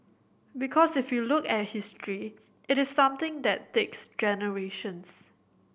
because if you look at history it is something that takes generations